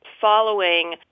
following